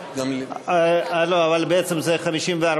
אבל בעצם זה 54,